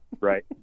Right